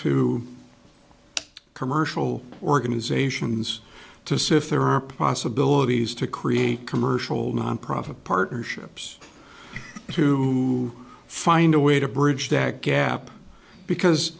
to commercial organizations to see if there are possibilities to create commercial nonprofit partnerships to find a way to bridge that gap because